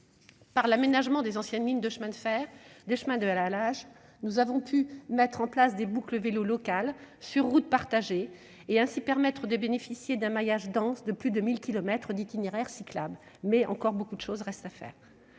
Par l'aménagement des anciennes lignes de chemin de fer ou des chemins de halage, nous avons pu mettre en place des boucles vélos locales sur routes partagées et, ainsi, bénéficier d'un maillage dense de plus de 1 000 kilomètres d'itinéraires cyclables. Beaucoup reste néanmoins à faire.